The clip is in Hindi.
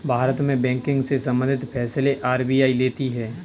भारत में बैंकिंग से सम्बंधित फैसले आर.बी.आई लेती है